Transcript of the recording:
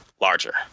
larger